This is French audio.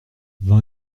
vain